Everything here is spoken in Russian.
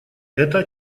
это